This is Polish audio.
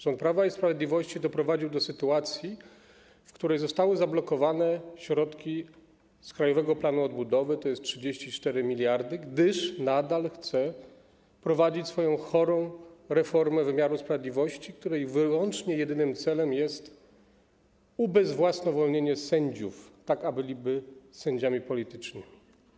Rząd Prawa i Sprawiedliwości doprowadził do sytuacji, w której zostały zablokowane środki z Krajowego Planu Odbudowy, 34 mld, gdyż nadal chce prowadzić swoją chorą reformę wymiaru sprawiedliwości, której jedynym celem jest ubezwłasnowolnienie sędziów, tak aby byli sędziami politycznymi.